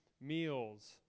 meals